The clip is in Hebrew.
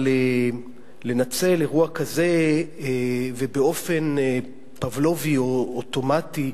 אבל לנצל אירוע כזה, ובאופן פבלובי או אוטומטי,